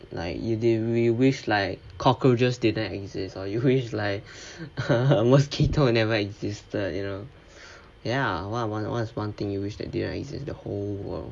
like you will you wish like cockroaches didn't exist or you wish like he he a mosquito never existed you know ya wha~ what was one thing you wish that didn't exist in the whole world